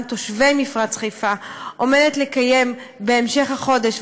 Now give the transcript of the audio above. תושבי מפרץ חיפה עומדת לקיים בהמשך החודש,